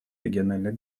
региональных